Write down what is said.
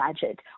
budget